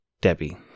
Debbie